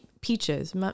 Peaches